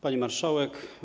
Pani Marszałek!